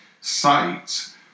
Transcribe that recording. sites